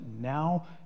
now